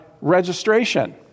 registration